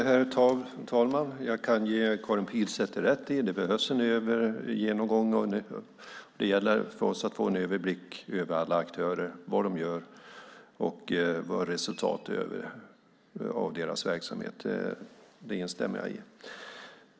Herr talman! Jag kan ge Karin Pilsäter rätt i att det behövs en genomgång. Det gäller för oss att få en överblick över alla aktörer, vad de gör och vad resultatet av deras verksamhet är. Det instämmer jag i.